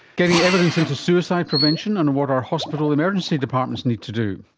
getting evidence into suicide prevention and what our hospital emergency departments need to do.